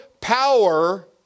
power